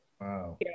Wow